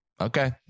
Okay